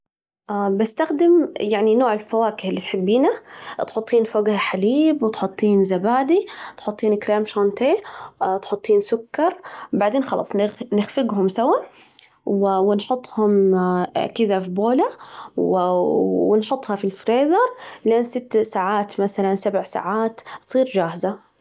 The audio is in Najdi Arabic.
بستخدم يعني نوع الفواكه اللي تحبينه، تحطين فوجها حليب ،وتحطين زبادي، تحطين كريم شانتيه، تحطين سكر، بعدين خلاص نخ نخفجهم سوا، و ونحطهم كذا في بولة، و و نحطها في الفريزر لست ساعات مثلاً سبع ساعات تصير جاهزة.